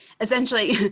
essentially